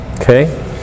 Okay